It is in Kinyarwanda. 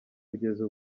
kugeza